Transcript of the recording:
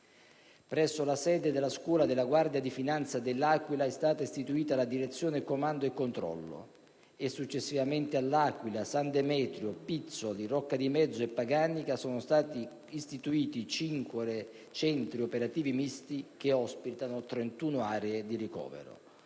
Presso la sede della scuola della Guardia di finanza dell'Aquila è stata istituita la Direzione comando e controllo e successivamente all'Aquila, San Demetrio, Pizzoli, Rocca di Mezzo e Paganica sono stati istituiti 5 centri operativi misti che ospitano 31 aree di ricovero.